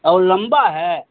और लंबा है